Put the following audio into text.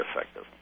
effective